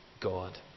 God